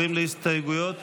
הסתייגות מס'